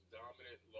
dominant